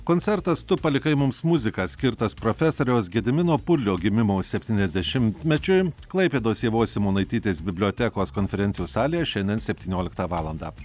koncertas tu palikai mums muziką skirtas profesoriaus gedimino purlio gimimo septyniasdešimtmečiui klaipėdos ievos simonaitytės bibliotekos konferencijų salėje šiandien septynioliktą valandą